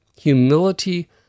Humility